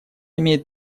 имеет